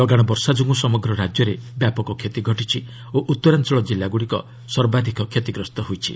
ଲଗାଣ ବର୍ଷା ଯୋଗୁଁ ସମଗ୍ର ରାଜ୍ୟରେ ବ୍ୟାପକ କ୍ଷତି ଘଟିଛି ଓ ଉତ୍ତରାଞ୍ଚଳ କିଲ୍ଲାଗୁଡ଼ିକ ସର୍ବାଧିକ କ୍ଷତିଗ୍ରସ୍ତ ହୋଇଛି